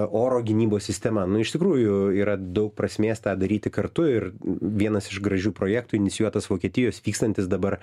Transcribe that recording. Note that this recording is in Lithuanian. oro gynybos sistema nu iš tikrųjų yra daug prasmės tą daryti kartu ir vienas iš gražių projektų inicijuotas vokietijos vykstantis dabar